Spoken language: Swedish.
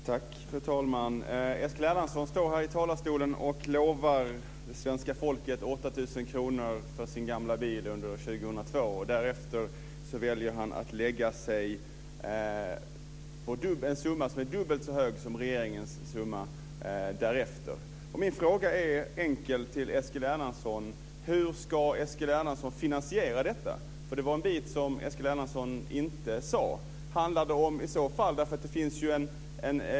Fru talman! Eskil Erlandsson står här i talarstolen och lovar svenska folket 8 000 kr för sin gamla bil under 2002, och han väljer att lägga sig på en summa som är dubbelt så hög som regeringens summa därefter. Min fråga till Eskil Erlandsson är enkel. Hur ska Eskil Erlandsson finansiera detta? Det var nämligen en bit som Eskil Erlandsson inte tog upp.